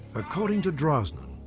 according to drosnin,